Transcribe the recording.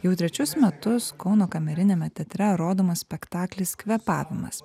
jau trečius metus kauno kameriniame teatre rodomas spektaklis kvėpavimas